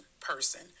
person